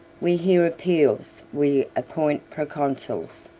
we hear appeals, we appoint proconsuls,